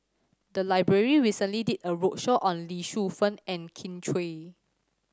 the library recently did a roadshow on Lee Shu Fen and Kin Chui